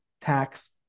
tax